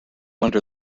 under